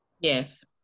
Yes